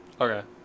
Okay